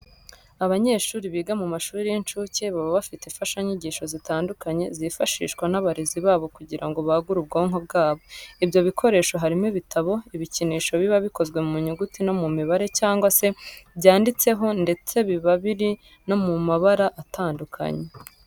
Abanyeshuri biga mu mashuri y'incuke baba bafite imfashanyigisho zitandukanye zifashishwa n'abarezi babo kugira ngo bagure ubwonko bwabo. Ibyo bikoresho harimo ibitabo, ibikinisho biba bikozwe mu nyuguti no mu mibare cyangwa se byanditseho ndetse biba biri no mu mabara atandukanye.